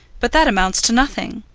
but that amounts to nothing.